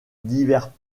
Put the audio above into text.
divers